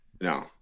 No